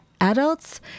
adults